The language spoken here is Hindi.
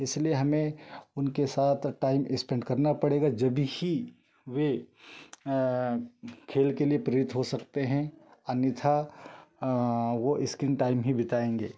इसलिए हमें उनके साथ टाइम इस्पेंड करना पड़ेगा जब ही वे खेल के लिए प्रेरित हो सकते हैं अन्यथा वो इस्क्रीन टाइम ही बिताएँगे